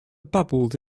babbled